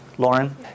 Lauren